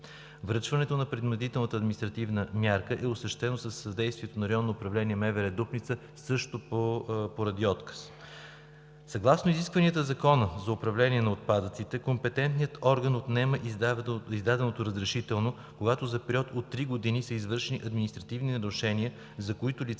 Връчването на принудителната административна мярка е осъществено със съдействието на РПУ – Дупница, също поради отказ. Съгласно изискванията на Закона за управление на отпадъците компетентният орган отнема издаденото разрешително, когато за период от три години са извършени административни нарушения, за които лицето